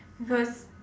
because